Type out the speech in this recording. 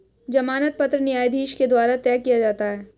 जमानत पत्र न्यायाधीश के द्वारा तय किया जाता है